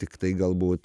tiktai galbūt